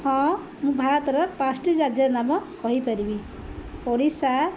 ହଁ ମୁଁ ଭାରତର ପାଞ୍ଚୋଟି ରାଜ୍ୟର ନାମ କହିପାରିବି ଓଡ଼ିଶା